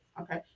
Okay